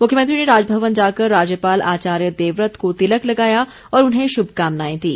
मुख्यमंत्री ने राजभवन जाकर राज्यपाल आचार्य देवव्रत को तिलक लगाया और उन्हें शुभकामनाएं दी